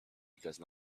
because